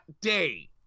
day